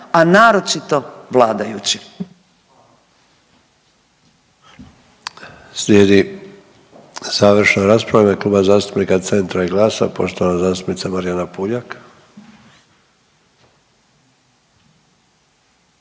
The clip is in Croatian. a naročito vladajući.